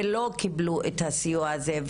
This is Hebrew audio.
ולא קיבלו את הסיוע הזה,